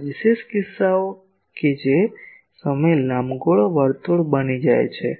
આના વિશેષ કિસ્સાઓ કે જે સમયે આ લંબગોળ વર્તુળ બની જાય છે